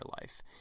life